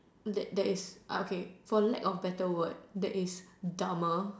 like there is okay for lack of better word there is dumber